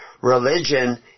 Religion